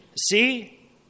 See